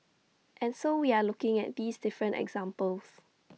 and so we are looking at these different examples